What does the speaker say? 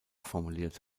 formuliert